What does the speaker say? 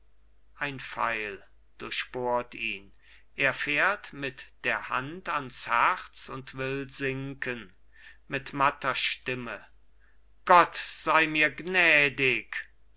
ein pfeil durchbohrt ihn er fährt mit der hand ans herz und will sinken mit matter stimme gott sei mir gnädig